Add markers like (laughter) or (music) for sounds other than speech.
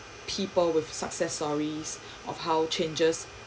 people with success stories (breath) of how changes